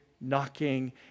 knocking